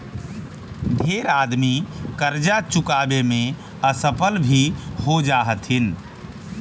ढेर आदमी करजा चुकाबे में असफल भी हो जा हथिन